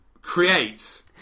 Create